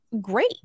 great